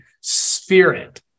spirit